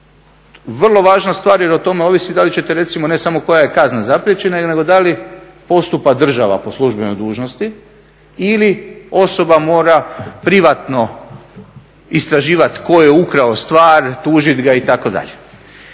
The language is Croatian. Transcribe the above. Vrlo važna stvar jer o tome ovisi da li ćete recimo, ne samo koja je kazna zapriječena nego da li postupa država po službenoj dužnosti ili osoba mora privatno istraživat tko je ukrao stvar, tužit ga itd.